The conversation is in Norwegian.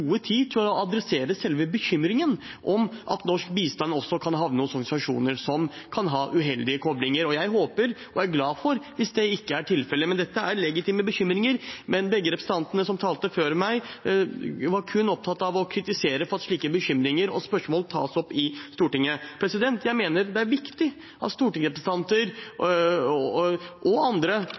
tid til å adressere selve bekymringen om at norsk bistand også kan havne hos organisasjoner som kan ha uheldige koblinger. Jeg håper det ikke er tilfellet, og er glad hvis det er slik, men dette er legitime bekymringer. Begge representantene som talte før meg, var likevel kun opptatt av å kritisere at slike bekymringer og spørsmål tas opp i Stortinget. Jeg mener det er viktig at stortingsrepresentanter og andre